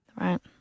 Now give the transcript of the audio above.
Right